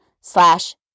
slash